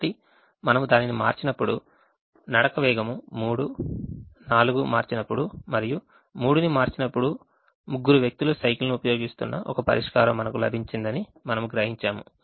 కాబట్టి మనము దానిని మార్చినప్పుడు నడక వేగం 3 4 మార్చినప్పుడు మరియు 3 ని మార్చినప్పుడు ముగ్గురు వ్యక్తులు సైకిల్ ను ఉపయోగిస్తున్న ఒక పరిష్కారం మనకు లభించిందని మనము గ్రహించాము